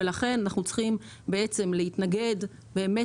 ולכן אנחנו צריכים בעצם להתנגד באמת